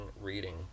reading